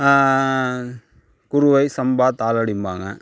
குருவை சம்பா தாளடிம்பாங்க